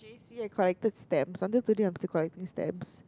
J_C I collected stamps until today I'm still collecting stamps